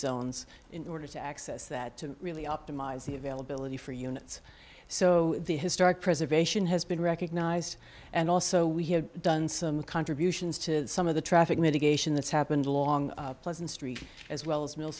zones in order to access that to really optimize the availability for units so the historic preservation has been recognized and also we have done some contributions to some of the traffic mitigation that's happened along pleasant street as well as m